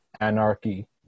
anarchy